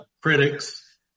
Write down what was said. critics